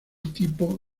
tipo